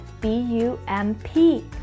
B-U-M-P